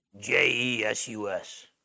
J-E-S-U-S